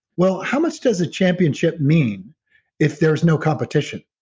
well, how much does a championship mean if there's no competition?